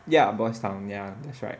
ya boys' town ya that's right